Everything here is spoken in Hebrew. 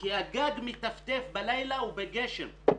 כי הגג מטפטף בלילה ובגשם.